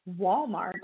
Walmart